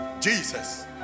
Jesus